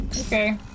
Okay